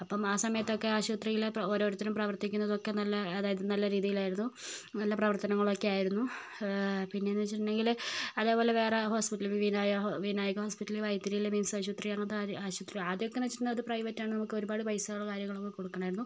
അപ്പം ആ സമയത്തൊക്കെ ആശുപത്രിയില് ഓരോരുത്തരും പ്രവർത്തിക്കുന്നത് ഒക്കെ നല്ല അതായത് നല്ല രീതിയിലായിരുന്നു നല്ല പ്രവർത്തനങ്ങളും ഒക്കെ ആയിരുന്നു പിന്നേന്ന് വെച്ചിട്ടുണ്ടെങ്കിൽ അതേപോലെ വേറെ ഹോസ്പിറ്റലിൽ ഇപ്പം വിനായക വിനായക ഹോസ്പിറ്റലിൽ വൈറ്റിലയിലെ മിംസ് ആശുപത്രി അങ്ങനത്തെ ആശുപത്രി ആദ്യമൊക്കെ എന്നുവെച്ചാൽ അത് പ്രൈവറ്റ് ആണ് നമുക്ക് ഒരുപാട് പൈസകളും കാര്യങ്ങളൊക്കെ കൊടുക്കണമായിരുന്നു